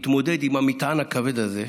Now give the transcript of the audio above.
תתמודד עם המטען הכבד הזה.